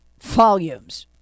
volumes